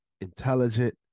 intelligent